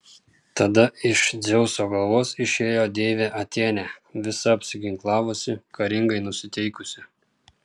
tada iš dzeuso galvos išėjo deivė atėnė visa apsiginklavusi karingai nusiteikusi